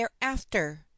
thereafter